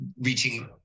reaching